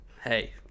Hey